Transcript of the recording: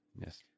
Yes